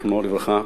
זיכרונו לברכה,